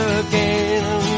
again